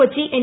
Kochi N